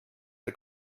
der